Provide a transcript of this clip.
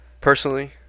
Personally